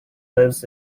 lives